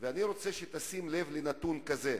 ואני רוצה שתשים לב לנתון הזה: